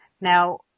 Now